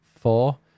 four